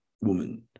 woman